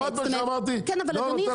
אני לא נותן לך לדבר,